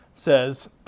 says